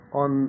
on